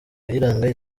kayiranga